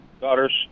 Daughter's